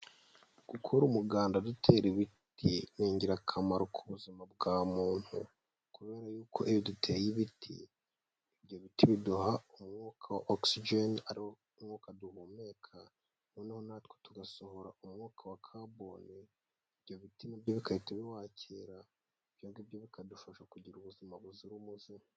Gukora umuganda dutera ibiti ni ingirakamaro ku buzima bwa muntu, kubera yuko iyo duteye ibiti, ibyo biti biduha umwuka okisijeni ari wo mwuka duhumeka noneho na twe tugasohora umwuka wa kaboni, ibyo biti na byo bigahita biwakira, ibyo ngibyo bikadufasha kugira ubuzima buzira umuze.